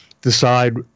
decide